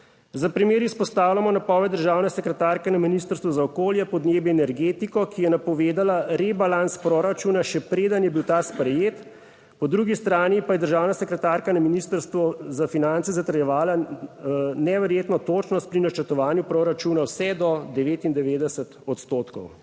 Za primer izpostavljamo napoved državne sekretarke na ministrstvu za okolje, podnebje in energetiko, ki je napovedala rebalans proračuna, še preden je bil ta sprejet. Po drugi strani pa je državna sekretarka na ministrstvu za finance zatrjevala neverjetno točnost pri načrtovanju proračuna, vse do 99 odstotkov.